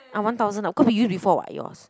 uh one thousand ah cause we use before [what] yours